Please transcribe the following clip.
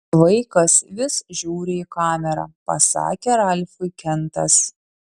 vaikas vis žiūri į kamerą pasakė ralfui kentas